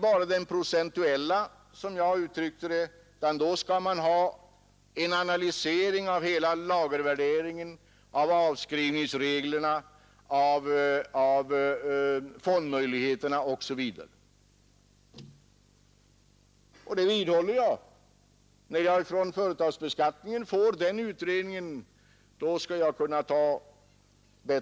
När propositionen utarbetades tog man hänsyn till den kraftiga höjning av bostadstilläggen som trädde i kraft den 1 april i år. Det var förutsättningen för hela propositionens uppbyggnad. Herr talman!